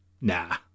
Nah